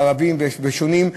ערבים ושונים,